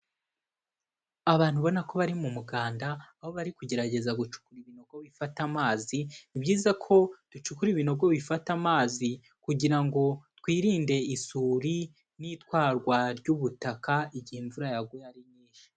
Abantu ubona ko bari mu muganda aho bari kugerageza gucukura ibinogo bifata amazi. Ni byiza ko ducukura ibinogo bifata amazi kugira ngo twirinde isuri n'itwarwa ry'ubutaka igihe imvura yaguye ari nyinshi.